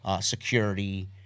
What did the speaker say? security